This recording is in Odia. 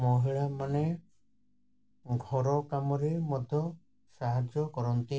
ମହିଳାମାନେ ଘର କାମରେ ମଧ୍ୟ ସାହାଯ୍ୟ କରନ୍ତି